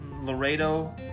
Laredo